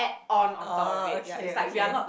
orh okay okay